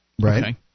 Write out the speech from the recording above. Right